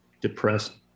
depressed